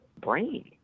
brain